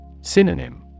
Synonym